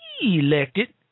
elected